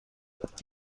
دارد